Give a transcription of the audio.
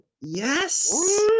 Yes